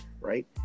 right